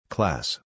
Class